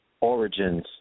origins